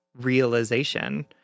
realization